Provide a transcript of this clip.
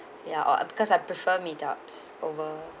ya uh because I prefer meet up over